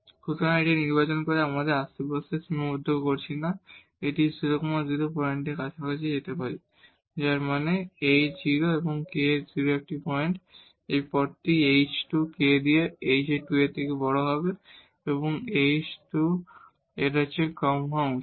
সুতরাং এটি নির্বাচন করে তাই আমরা আমাদের আশেপাশে সীমাবদ্ধ করছি না আমরা এই 0 0 পয়েন্টের কাছাকাছি যেতে পারি যার মানে h 0 এবং k 0 পয়েন্ট এখানে এই পথটি h2 এই k কে h2 এর চেয়ে বড় এবং 2 h 2 চেয়ে কম হওয়া উচিত